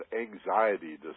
anxiety